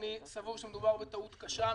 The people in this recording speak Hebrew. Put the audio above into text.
אני סבור שמדובר בטעות קשה.